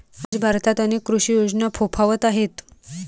आज भारतात अनेक कृषी योजना फोफावत आहेत